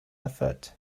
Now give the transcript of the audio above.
effort